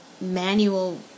manual